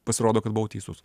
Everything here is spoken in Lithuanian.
pasirodo kad buvau teisus